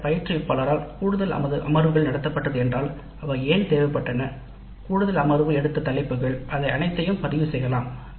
விட பயிற்றுவிப்பாளரால் கூடுதல் அமர்வுகள் நடத்தப்பட்டது என்றால் அவை ஏன் தேவைப்பட்டன கூடுதல் அமர்வு எடுத்த தலைப்புகள் அது அனைத்தையும் பதிவு செய்யலாம்